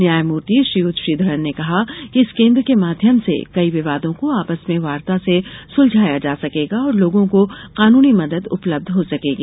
न्यायमूर्ति श्रीयुत श्रीधरन ने कहा कि इस केन्द्र के माध्यम से कई विवादों को आपस में वार्ता से सुलझाया जा सकेगा और लोगों को कानूनी मदद उपलब्ध हो सकेगी